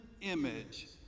image